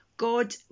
God